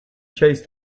chase